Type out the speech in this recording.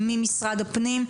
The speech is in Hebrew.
ממשרד הפנים,